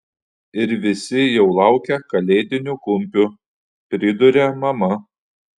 ir visi jau laukia kalėdinių kumpių priduria mama